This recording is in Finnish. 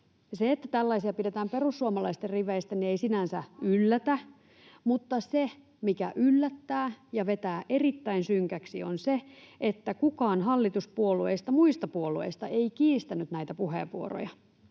Se, että tällaisia pidetään perussuomalaisten riveistä, ei sinänsä yllätä, mutta se, mikä yllättää ja vetää erittäin synkäksi, on se, että kukaan muista hallituspuolueista ei kiistänyt näitä puheenvuoroja.